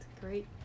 great